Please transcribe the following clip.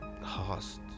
Host